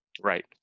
Right